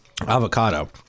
avocado